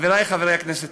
חברי חברי הכנסת,